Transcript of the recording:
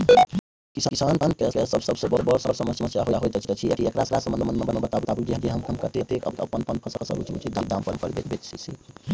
किसान के सबसे बर समस्या होयत अछि, एकरा संबंध मे बताबू जे हम कत्ते अपन फसल उचित दाम पर बेच सी?